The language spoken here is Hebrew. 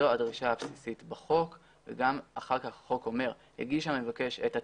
זו הדרישה הבסיסית בחוק וגם אחר כך החוק אומר שהגיש המבקש את התצהיר,